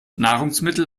nahrungsmittel